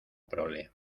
prole